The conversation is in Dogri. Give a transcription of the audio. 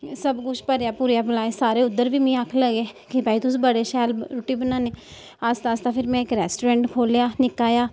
सब कुछ भरेया भुरेया सारे उद्धर बी मिगी आक्खन लग्गे कि भाई तुस बड़े शैल रूट्टी बनान्ने आस्ता आस्ता फिर मैं इक्क रैस्टोरेंट खोल्लेआ निक्का जेहा